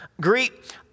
Greet